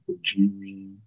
Jimmy